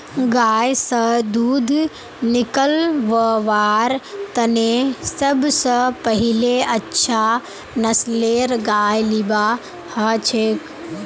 गाय स दूध निकलव्वार तने सब स पहिले अच्छा नस्लेर गाय लिबा हछेक